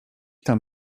tam